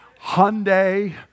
Hyundai